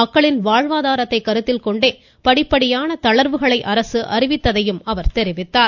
மக்களின் வாழ்வாதாரத்தை கருத்தில்கொண்டே படிப்படியான தளர்வுகளை அரசு அறிவித்து வருவதாகவும் அவர் தெரிவித்தார்